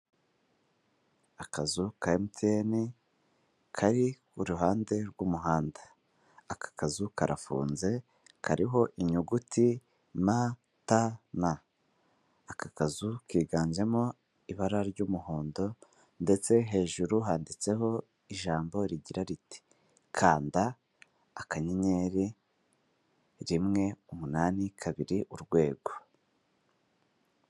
Akazu ka MTN kari kuruhande rw'umuhanda. Aka kazu karafunze kariho inyuguti MTN ,aka kazu kiganjemo ibara ry'umuhondo ndetse hejuru handitseho ijambo rigira riti kanda akanyenyeri rimwe umunani kabiri urwego.